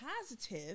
positive